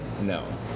no